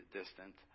distant